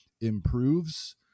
improves